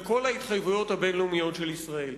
לכל ההתחייבויות הבין-לאומיות של ישראל.